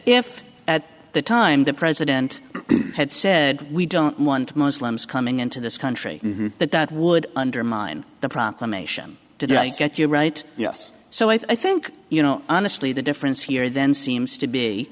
if at the time the president had said we don't want muslims coming into this country that that would undermine the proclamation did i get you right yes so i think you know honestly the difference here then seems to be